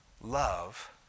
love